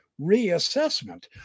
reassessment